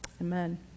amen